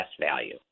value